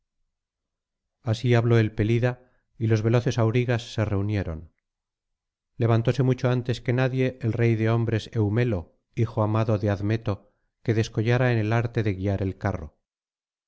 así habló el pelida y los veloces aurigas se reunieron levantóse mucho antes que nadie el rey de hombres eumelo hijo amado de admeto que descollaba en el arte de guiar el carro